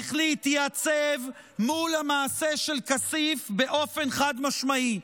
צריך להתייצב מול המעשה של כסיף באופן חד-משמעי,